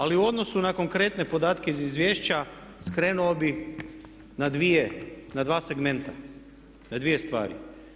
Ali u odnosu na konkretne podatke iz izvješća skrenuo bih na dva segmenta, na dvije stvari.